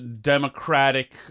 democratic